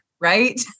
right